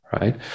right